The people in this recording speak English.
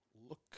Look